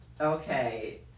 Okay